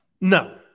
No